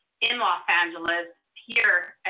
in los angeles, here,